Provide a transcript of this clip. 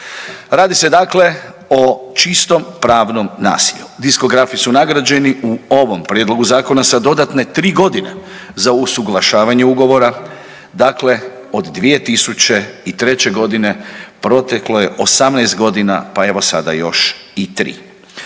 Radi se dakle o čistom pravnom nasilju. Diskografi su nagrađeni u ovom Prijedlogu zakona sa dodatne 3 godine za usuglašavanje ugovora, dakle od 2003. g. proteklo je 18 godina pa evo sada još i 3.